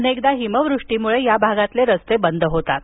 अनेकदा हिमवृष्टीमुळे या भागातले रस्ते बंद होतात